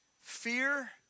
fear